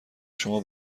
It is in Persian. شما